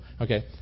Okay